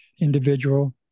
individual